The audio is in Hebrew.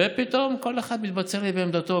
ופתאום כל אחד מתבצר לו בעמדתו.